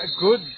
good